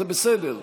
זה בסדר.